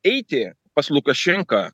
eiti pas lukašenką